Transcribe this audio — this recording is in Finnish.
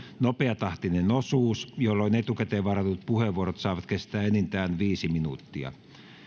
nopeatahtinen osuus jolloin etukäteen varatut puheenvuorot saavat kestää enintään viisi minuuttia